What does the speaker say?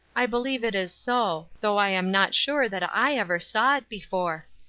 i believe it is so, though i am not sure that i ever saw it before.